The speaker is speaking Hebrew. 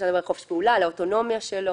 אפשר לדבר על חופש הפעולה או על האוטונומיה שלו.